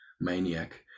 maniac